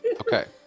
Okay